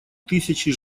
тысячи